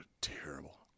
Terrible